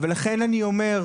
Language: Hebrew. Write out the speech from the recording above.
לכן אני אומר,